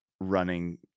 running